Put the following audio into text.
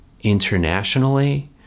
internationally